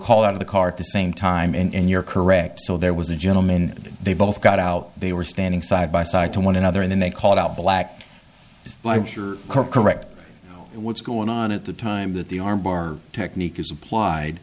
called out of the car at the same time and you're correct so there was a gentleman they both got out they were standing side by side to one another and then they called out black is correct what's going on at the time that the arm bar technique is applied